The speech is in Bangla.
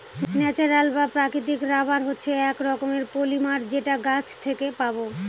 ন্যাচারাল বা প্রাকৃতিক রাবার হচ্ছে এক রকমের পলিমার যেটা গাছ থেকে পাবো